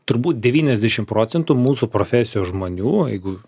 turbūt devyniasdešimt procentų mūsų profesijos žmonių jeigu